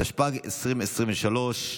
התשפ"ג 2023,